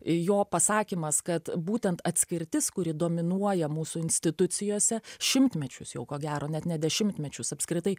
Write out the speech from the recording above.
jo pasakymas kad būtent atskirtis kuri dominuoja mūsų institucijose šimtmečius jau ko gero net ne dešimtmečius apskritai